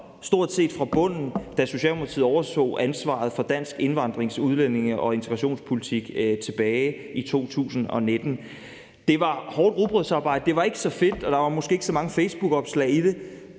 stort set fra bunden, da Socialdemokratiet overtog ansvaret for dansk indvandrings-, udlændinge- og integrationspolitik tilbage i 2019. Det var hårdt rugbrødsarbejde. Det var ikke så fedt, og der var måske ikke så mange facebookopslag i det,